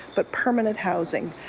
but permanent housing.